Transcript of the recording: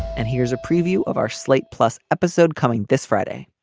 and here's a preview of our slate plus episode coming this friday.